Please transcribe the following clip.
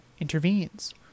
intervenes